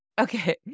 Okay